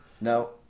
No